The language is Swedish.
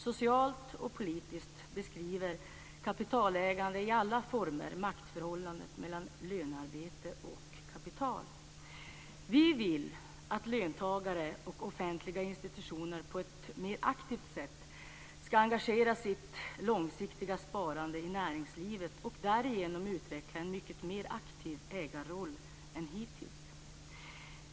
Socialt och politiskt beskriver kapitalägande i alla former maktförhållandet mellan lönearbete och kapital. Vi vill att löntagare och offentliga institutioner på ett mer aktivt sätt ska engagera sitt långsiktiga sparande i näringslivet och därigenom utveckla en mycket mer aktiv ägarroll än hittills.